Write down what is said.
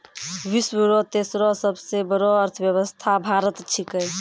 विश्व रो तेसरो सबसे बड़ो अर्थव्यवस्था भारत छिकै